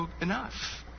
enough